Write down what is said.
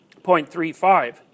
0.35